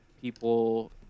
people